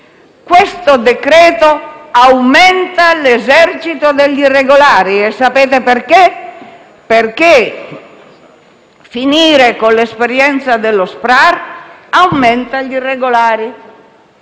Questo decreto-legge aumenta l'esercito degli irregolari. E sapete perché? Perché finire con l'esperienza dello SPRAR aumenta gli irregolari.